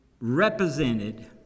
represented